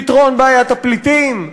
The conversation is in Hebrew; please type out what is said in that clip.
פתרון בעיית הפליטים.